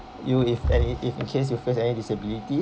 you if any if in case you face any disability